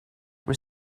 were